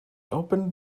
opened